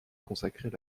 consacrée